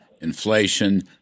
inflation